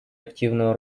активную